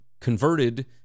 converted